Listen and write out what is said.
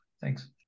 Thanks